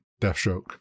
Deathstroke